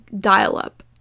dial-up